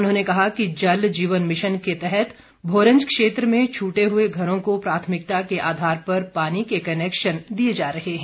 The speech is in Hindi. उन्होंने कहा कि जल जीवन मिशन के तहत भोरंज क्षेत्र में छूटे हुए घरों को प्राथमिकता के आधार पर पानी के कनेक्शन दिए जा रहे हैं